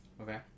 Okay